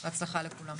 בהצלחה לכולם.